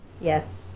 yes